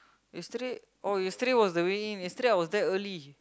you straight oh you straight was the really yesterday I was that early